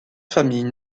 familles